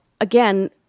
again